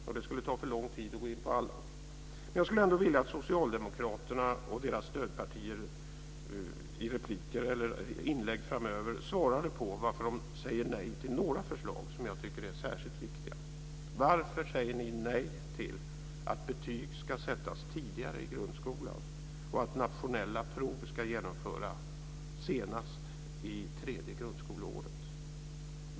Det skulle ta för lång tid att gå in på alla, men jag skulle ändå vilja att Socialdemokraterna och deras stödpartier i repliker eller inlägg framöver svarade på varför de säger nej till några förslag som jag tycker är särskilt viktiga. Varför säger ni nej till att betyg ska sättas tidigare i grundskolan och att nationella prov ska genomföras senast under det tredje grundskoleåret?